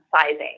sizing